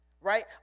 Right